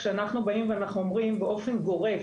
כשאנחנו באים ואומרים באופן גורף,